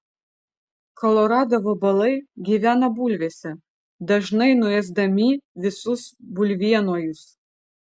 kolorado vabalai gyvena bulvėse dažnai nuėsdami visus bulvienojus